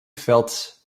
felt